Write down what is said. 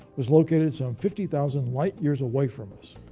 was located some fifty thousand light years away from us.